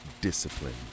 discipline